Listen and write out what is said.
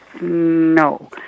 No